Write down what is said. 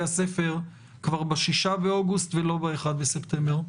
הספר כבר ב-6 באוגוסט ולא ב-1 בספטמבר.